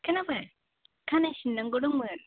खोनाबाय खानाय सिन्नांगौ दंमोन